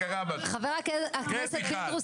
חבר הכנסת פינדרוס,